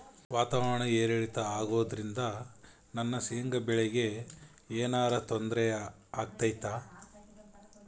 ವಾತಾವರಣ ಏರಿಳಿತ ಅಗೋದ್ರಿಂದ ನನ್ನ ಶೇಂಗಾ ಬೆಳೆಗೆ ಏನರ ತೊಂದ್ರೆ ಆಗ್ತೈತಾ?